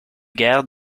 guerre